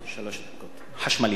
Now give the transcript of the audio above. חשמליות?